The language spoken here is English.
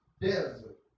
desert